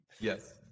Yes